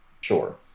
Sure